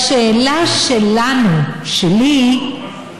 השאלה שלנו, שלי: